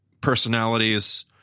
personalities